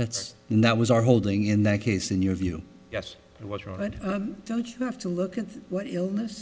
that's not was our holding in that case in your view yes it was wrong but don't you have to look at what illness